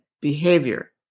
behavior